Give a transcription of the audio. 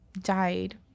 died